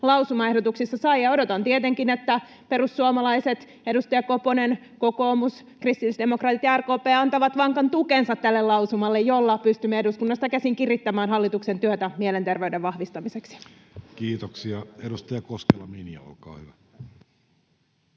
eduskunnan salissa. Ja odotan tietenkin, että perussuomalaiset, edustaja Koponen, kokoomus, kristillisdemokraatit ja RKP antavat vankan tukensa tälle lausumalle, jolla pystymme eduskunnasta käsin kirittämään hallituksen työtä mielenterveyden vahvistamiseksi. Kiitoksia. — Edustaja Koskela, Minja, olkaa hyvä.